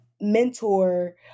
mentor